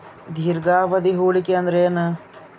ದೀರ್ಘಾವಧಿ ಹೂಡಿಕೆ ಅಂದ್ರ ಏನು?